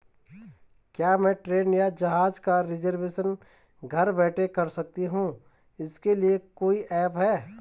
क्या मैं ट्रेन या जहाज़ का रिजर्वेशन घर बैठे कर सकती हूँ इसके लिए कोई ऐप है?